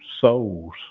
souls